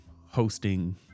Hosting